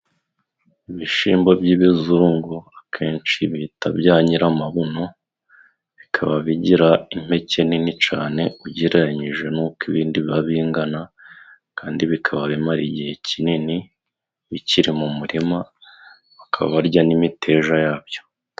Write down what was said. Ibishimbo by'ibizungu akenshi bita bya nyiramabuno bikaba bigira impeke nini cane ugereranyije n'uko ibindi biba bingana, kandi bikaba bimara igihe kinini bikiri mu murima, bakaba barya n'imiteja yabyo.